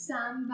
Sam